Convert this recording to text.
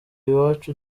iwacu